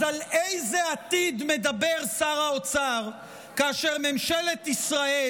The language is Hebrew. אז על איזה עתיד מדבר שר האוצר כאשר ממשלת ישראל